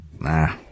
Nah